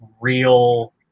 real